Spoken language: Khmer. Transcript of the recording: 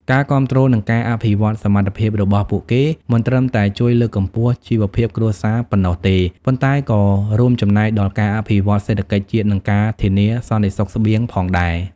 ការគាំទ្រ និងការអភិវឌ្ឍសមត្ថភាពរបស់ពួកគេ មិនត្រឹមតែជួយលើកកម្ពស់ជីវភាពគ្រួសារប៉ុណ្ណោះទេ ប៉ុន្តែក៏រួមចំណែកដល់ការអភិវឌ្ឍសេដ្ឋកិច្ចជាតិ និងការធានាសន្តិសុខស្បៀងផងដែរ។